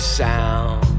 sound